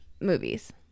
movies